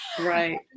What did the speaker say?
Right